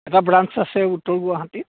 এটা ব্ৰাঞ্চ আছে উত্তৰ গুৱাহাটীত